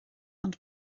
ond